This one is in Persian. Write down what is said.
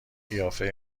قیافه